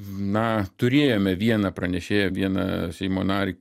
na turėjome vieną pranešėją vieną seimo narį